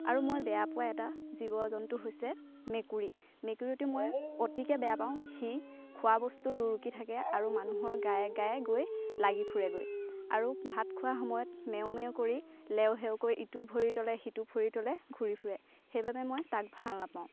আৰু মই বেয়া পোৱা এটা জীৱ জন্তু হৈছে মেকুৰী মেকুৰীটো মই অতিকৈ বেয়া পাওঁ সি খোৱা বস্তু লুৰুকি থাকে আৰু মানুহৰ গায়ে গায়ে গৈ লাগি ফুৰেগৈ আৰু ভাত খোৱা সময়ত মেও মেও কৰি লেও সেও কৰি ইটো ভৰি তলে সিটো ভৰি তলে ঘূৰি ফূৰে সেইবাবে মই তাক ভাল নাপাওঁ